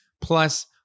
plus